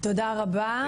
תודה רבה.